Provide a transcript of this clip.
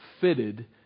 fitted